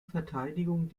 verteidigung